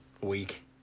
week